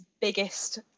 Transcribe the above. biggest